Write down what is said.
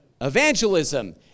evangelism